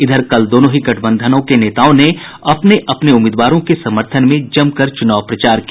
इधर कल दोनों ही गठबंधनों के नेताओं ने अपने अपने उम्मीदवारों के समर्थन में जमकर चुनाव प्रचार किया